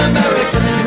American